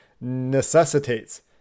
necessitates